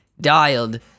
dialed